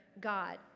god